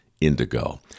indigo